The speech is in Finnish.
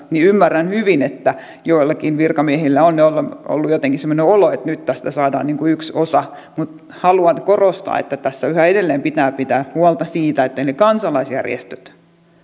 niin ymmärrän hyvin että joillakin virkamiehillä on ollut jotenkin semmoinen olo että nyt tästä saadaan yksi osa mutta haluan korostaa että tässä yhä edelleen pitää pitää huolta siitä että ne kansalaisjärjestöt